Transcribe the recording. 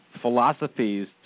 philosophies